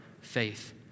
faith